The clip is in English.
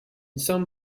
some